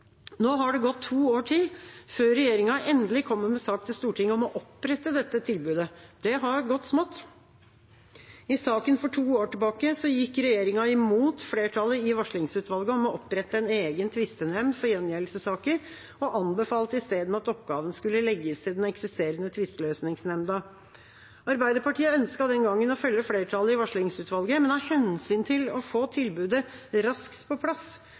Nå har det gått to år til, før regjeringa endelig kommer med sak til Stortinget om å opprette dette tilbudet. Det har gått smått. I saken for to år siden gikk regjeringa imot flertallet i varslingsutvalget om å opprette en egen tvistenemnd for gjengjeldelsessaker, og anbefalte i stedet at oppgaven skulle legges til den eksisterende tvisteløsningsnemnda. Arbeiderpartiet ønsket den gangen å følge flertallet i varslingsutvalget, men av hensyn til å få tilbudet raskt på plass